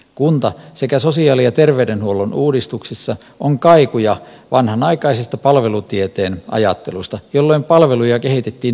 kunta sekä sosiaali ja terveydenhuollon uudistuksissa on kaikuja vanhanaikaisesta palvelutieteen ajattelusta jolloin palveluja kehitettiin tuotantolähtöisesti